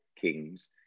kings